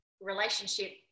relationship